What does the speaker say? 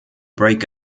break